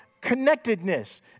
Connectedness